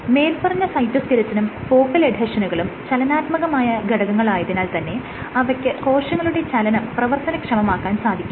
മേല്പറഞ്ഞ സൈറ്റോസ്കെലിറ്റനും ഫോക്കൽ എഡ്ഹെഷനുകളും ചലനാത്മകമായ ഘടകങ്ങളായതിനാൽ തന്നെ അവയ്ക്ക് കോശങ്ങളുടെ ചലനം പ്രവർത്തനക്ഷമമാക്കാൻ സാധിക്കും